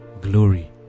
glory